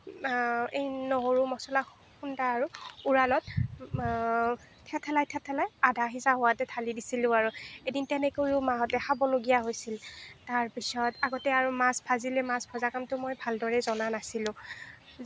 এই নহৰু মছলা খুন্দাৰ উৰালত থেতেলাই থেতেলাই আধা সিজা হোৱাতে ঢালি দিছিলোঁ আৰু এদিন তেনেকৈও মাহঁতে খাবলগীয়া হৈছিল তাৰপিছত আগতে আৰু মাছ ভাজিলে মাছ ভজা কামটো মই ভালদৰে জনা নাছিলোঁ